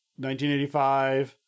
1985